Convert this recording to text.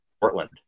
Portland